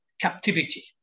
captivity